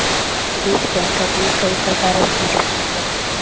बीज बैंकत में कई प्रकारेर बीज रखाल जा छे